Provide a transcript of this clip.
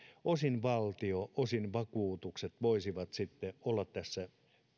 osin valtio osin vakuutukset voisivat sitten olla tässä